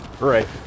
Right